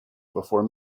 before